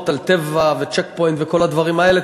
על "טבע" ו"צ'ק פוינט" וכל הדברים האלה.